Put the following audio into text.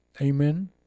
amen